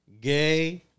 gay